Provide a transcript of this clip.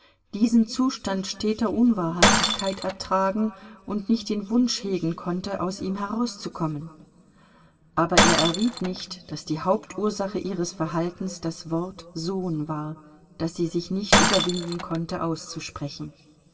diesen zustand steter unwahrhaftigkeit ertragen und nicht den wunsch hegen konnte aus ihm herauszukommen aber er erriet nicht daß die hauptursache ihres verhaltens das wort sohn war das sie sich nicht überwinden konnte auszusprechen